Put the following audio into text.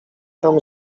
tam